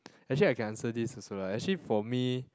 actually I can answer this also lah actually for me